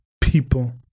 people